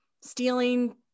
stealing